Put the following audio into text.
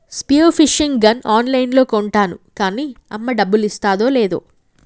spear fishing gun ఆన్ లైన్లో కొంటాను కాన్నీ అమ్మ డబ్బులిస్తాదో లేదో